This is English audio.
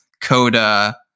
Coda